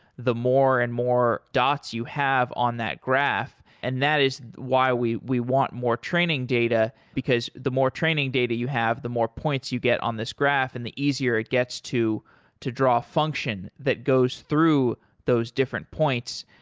the more and more dots you have on that graph, and that is why we we want more training data, because the more training data you have, the more points you get on this graph and the easier it gets to to draw a function that goes through those different points.